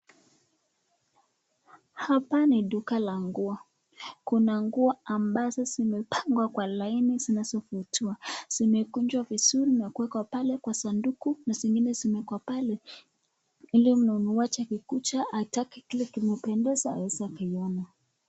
Hapa ni duka la nguo. Kuna nguo ambazo zimepangwa kwa laini zinazovutia. Zimekunjwa vizuri na kuekwa pale kwa sanduku na zingine zimewekwa pale ili mnunuaji akikuja atake kile kinapendeza aeza kuiona.